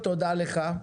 תודה לך.